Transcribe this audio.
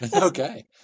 Okay